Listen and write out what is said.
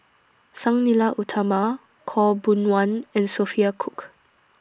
Sang Nila Utama Khaw Boon Wan and Sophia Cooke